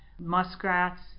Muskrats